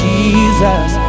Jesus